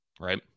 Right